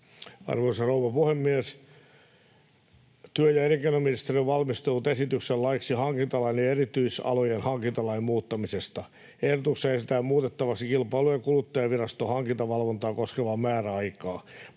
Arvoisa rouva puhemies! Työ- ja elinkeinoministeriö on valmistellut esityksen laiksi hankintalain ja erityisalojen hankintalain muuttamisesta. Ehdotuksessa esitetään muutettavaksi Kilpailu- ja kuluttajaviraston hankintavalvontaa koskevaa määräaikaa.